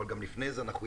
אבל גם לפני זה ידענו,